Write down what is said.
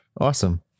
awesome